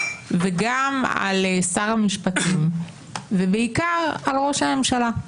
וגם על שר המשפטים ובעיקר על ראש הממשלה.